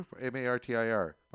m-a-r-t-i-r